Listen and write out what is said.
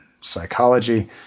psychology